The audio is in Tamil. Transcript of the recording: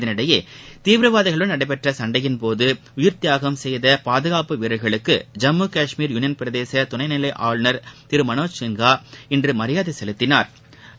இதனிடையே தீவிரவாதிகளுடன் நடைபெற்ற சண்டையின் போது உயிர் தியாகம் செய்த பாதுகாப்பு வீரர்களுக்கு ஜம்மு காஷ்மீர் யூனியன் பிரதேச துணை நிலை ஆளுநர் திரு மளோஜ் சின்ஹா இன்று மரியாதை செலுத்தினாா்